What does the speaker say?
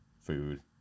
food